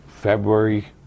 February